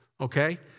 okay